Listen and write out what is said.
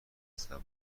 تصور